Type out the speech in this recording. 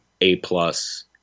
A-plus